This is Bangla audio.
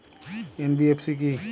এন.বি.এফ.সি কী?